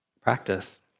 Practice